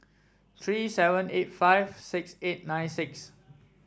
three seven eight five six eight nine six